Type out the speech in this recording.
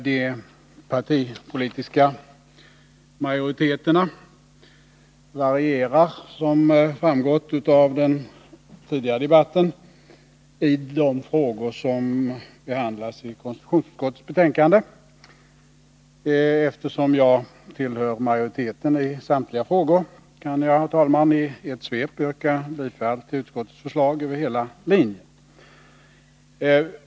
De partipolitiska majoriteterna varierar, såsom framgått av den tidigare debatten, i de frågor som behandlas i konstitutionsutskottets betänkande. Eftersom jag tillhör majoriteten i samtliga frågor kan jag, herr talman, i ett svep yrka bifall till utskottets förslag över hela linjen.